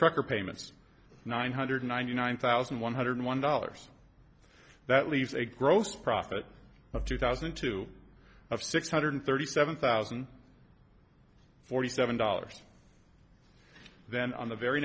trucker payments nine hundred ninety nine thousand one hundred one dollars that leaves a gross profit of two thousand and two of six hundred thirty seven thousand forty seven dollars then on the very